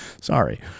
Sorry